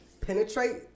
penetrate